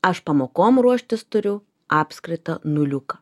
aš pamokom ruoštis turiu apskritą nuliuką